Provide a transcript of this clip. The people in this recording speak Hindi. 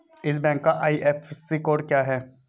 इस बैंक का आई.एफ.एस.सी कोड क्या है?